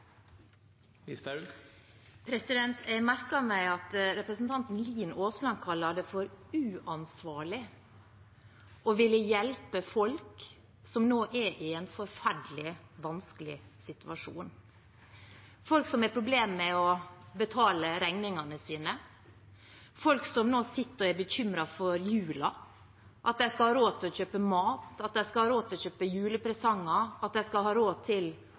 forhold. Jeg merket meg at representanten Aasland kalte det for uansvarlig å ville hjelpe folk som nå er i en forferdelig vanskelig situasjon – folk som har problemer med å betale regningene sine, folk som nå sitter og er bekymret for jula, for om de skal ha råd til å kjøpe mat, for om de skal ha råd til